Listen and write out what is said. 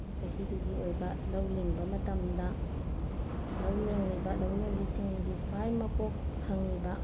ꯆꯍꯤꯗꯨꯒꯤ ꯑꯣꯏꯕ ꯂꯧ ꯂꯤꯡꯕ ꯃꯇꯝꯗ ꯂꯧ ꯂꯤꯡꯉꯤꯕ ꯂꯧꯂꯤꯡꯕꯤꯁꯤꯡꯒꯤ ꯈ꯭ꯋꯥꯏ ꯃꯀꯣꯛ ꯊꯪꯂꯤꯕ